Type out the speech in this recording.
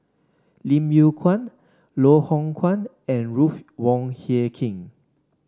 Lim Yew Kuan Loh Hoong Kwan and Ruth Wong Hie King